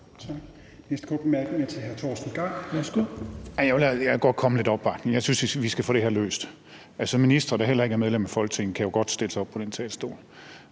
Gejl. Værsgo. Kl. 17:06 Torsten Gejl (ALT): Jeg vil godt komme med lidt opbakning. Jeg synes, vi skal få det her løst. Altså, ministre, der heller ikke er medlem af Folketinget, kan jo godt stille sig op på den talerstol.